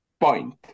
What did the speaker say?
point